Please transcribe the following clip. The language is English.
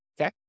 Okay